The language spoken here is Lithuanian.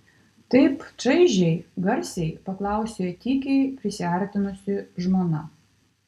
taip čaižiai garsiai paklausė tykiai prisiartinusi žmona